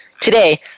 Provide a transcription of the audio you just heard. Today